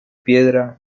piedra